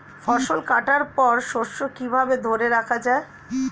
ফসল কাটার পর শস্য কিভাবে ধরে রাখা য়ায়?